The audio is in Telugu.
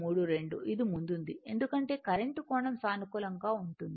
9232 ఇది ముందుంది ఎందుకంటే కరెంట్ కోణం సానుకూలంగా ఉంటుంది